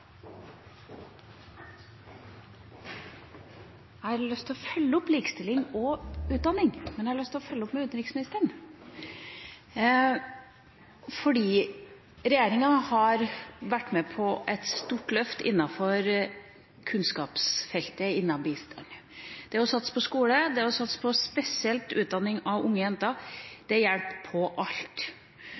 Jeg har lyst til å følge opp likestilling og utdanning, men jeg har lyst til å følge det opp med utenriksministeren. Regjeringa har vært med på et stort løft på kunnskapsfeltet innen bistand. Det å satse på skole, spesielt det å satse på utdanning av unge jenter, hjelper mot alt.